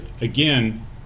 again